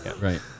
right